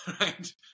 right